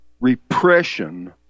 repression